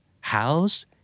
House